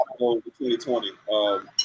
2020